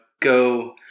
go